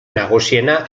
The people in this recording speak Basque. nagusiena